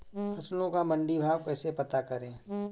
फसलों का मंडी भाव कैसे पता करें?